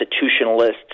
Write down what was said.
constitutionalists